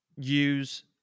use